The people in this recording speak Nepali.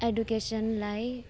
एडुकेसनलाई